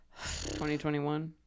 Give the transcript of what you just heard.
2021